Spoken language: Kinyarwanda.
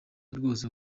rwose